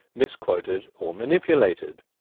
misquoted or manipulated.